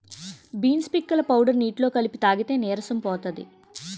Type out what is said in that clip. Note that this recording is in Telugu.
బీన్స్ పిక్కల పౌడర్ నీటిలో కలిపి తాగితే నీరసం పోతది